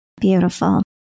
Beautiful